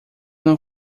não